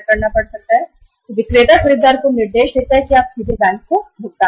कभी कभी विक्रेता खरीददार को निर्देश देता है कि आप सीधे बैंक को भुगतान करें